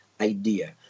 idea